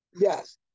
Yes